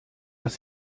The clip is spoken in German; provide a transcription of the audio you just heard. was